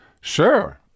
sure